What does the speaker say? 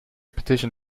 petition